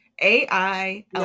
AI